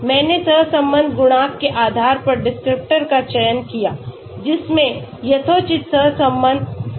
मैंने सहसंबंध गुणांक के आधार पर डिस्क्रिप्टर का चयन किया जिसमें यथोचित सहसंबंध था